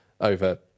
over